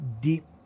deep